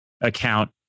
account